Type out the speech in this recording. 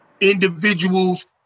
individuals